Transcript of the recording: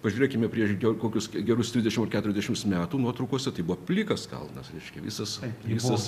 pažiūrėkime prieš dar kokius gerus dvidešimt ar keturiasdešimt metų nuotraukose tai buvo plikas kalnas reiškia visas visas